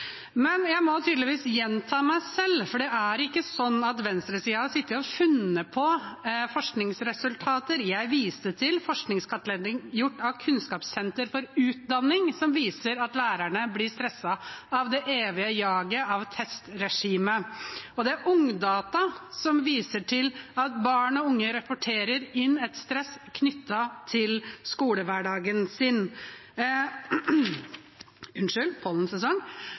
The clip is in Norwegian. Men jeg må tydeligvis gjenta meg selv, for det er ikke sånn at venstresiden har sittet og funnet på forskningsresultater. Jeg viste til forskningskartlegging gjort av Kunnskapssenter for utdanning, som viser at lærerne blir stresset av det evige jaget, av testregimet, og det er Ungdata som viser til at barn og unge rapporterer inn et stress knyttet til skolehverdagen.